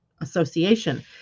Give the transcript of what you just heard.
association